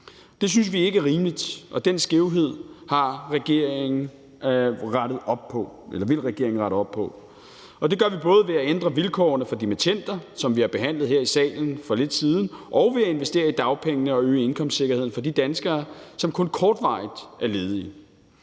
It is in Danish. Det synes vi ikke er rimeligt, og den skævhed vil regeringen rette op på, og det gør vi både ved at ændre vilkårene for dimittenderne, hvilket vi har behandlet her i salen for lidt siden, og ved at investere i dagpengene og øge indkomstsikkerheden for de danskere, som kun kortvarigt er ledige.